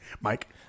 mike